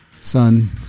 Son